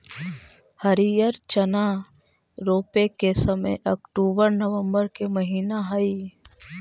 हरिअर चना रोपे के समय अक्टूबर नवंबर के महीना हइ